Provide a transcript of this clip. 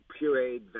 pureed